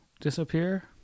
disappear